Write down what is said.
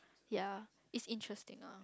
ya is interesting uh